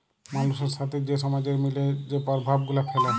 মালুসের সাথে যে সমাজের মিলে যে পরভাব গুলা ফ্যালে